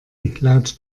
laut